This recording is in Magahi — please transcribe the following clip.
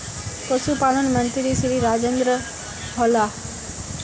पशुपालन मंत्री श्री राजेन्द्र होला?